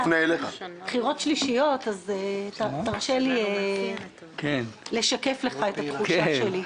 אלה בחירות שלישיות אז תרשה לי לשקף לך את התחושה שלי.